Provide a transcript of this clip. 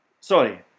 Sorry